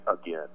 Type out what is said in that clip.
again